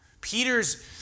Peter's